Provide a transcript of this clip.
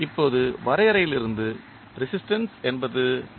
இப்போது வரையறையிலிருந்து ரெசிஸ்டன்ஸ் என்பது என்ன